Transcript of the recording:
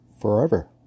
forever